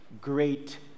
great